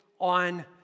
on